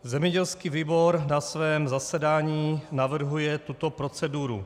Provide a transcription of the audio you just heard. Zemědělský výbor na svém zasedání navrhuje tuto proceduru.